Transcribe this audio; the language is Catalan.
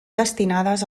destinades